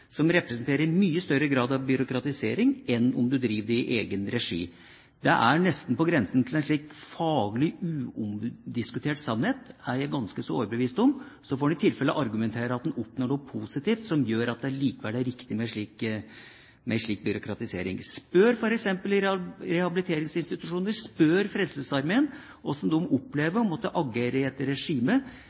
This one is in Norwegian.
som representerer en mye større grad av byråkratisering enn om man driver det i egen regi. Det er nesten på grensen til en faglig udiskutert sannhet, det er jeg ganske så overbevist om, og så får en i tilfelle argumentere for at en oppnår noe positivt som gjør at det likevel er riktig med en slik byråkratisering. Spør f.eks. rehabiliteringsinstitusjoner og Frelsesarmeen om hvordan de opplever å måtte agere i et regime